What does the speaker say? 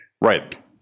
right